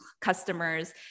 customers